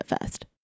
first